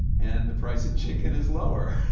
and the price of chicken is lower.